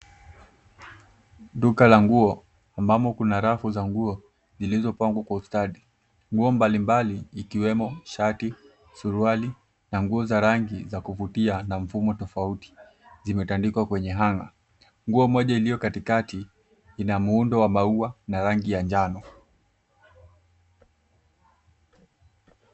Duka la nguo ambapo kuna rafu za nguo zilizopangwa kwa ustaadi. Nguo mbalimbali ikiwemo shati, suruali na nguo za rangi za kuvutia na mfuumo tofauti zimetandikwa kwenye hanger . Nguo moja iliyokatikati ina muundo wa maua na rangi ya jano.